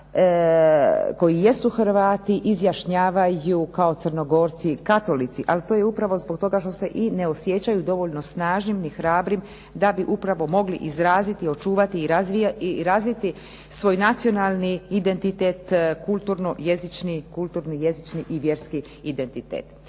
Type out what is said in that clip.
koji jesu Hrvati izjašnjavaju kao Crnogorci katolici. Ali to je upravo zbog toga što se ne osjećaju dovoljno snažnim ni hrabrim da bi upravo mogli izraziti, očuvati i razviti svoj nacionalni identitet svoj kulturno jezični i vjerski identitet.